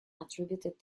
attributed